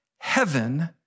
heaven